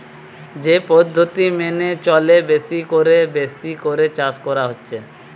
যে পদ্ধতি মেনে চলে বেশি কোরে বেশি করে চাষ করা হচ্ছে